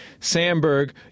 Sandberg